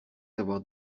savoir